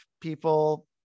people